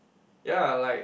ya like